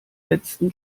letzten